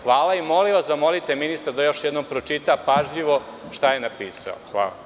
Hvala i molim vas, zamolite ministra da još jednom pročita pažljivo šta je pročitao.